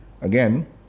Again